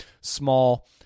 small